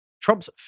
Trump's